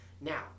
Now